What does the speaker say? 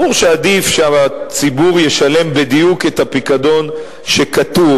ברור שעדיף שהציבור ישלם בדיוק את הפיקדון שכתוב,